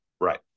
right